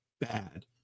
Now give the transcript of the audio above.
bad